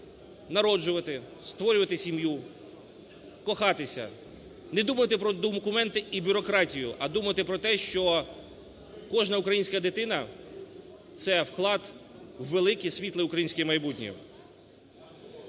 народжувати, створювати сім'ю, кохатися, не думати про документи і бюрократію, а думати про те, що кожна українська дитина – це вклад у велике світле українське майбутнє.